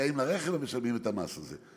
זכאים לרכב אבל משלמים את המס הזה,